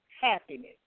happiness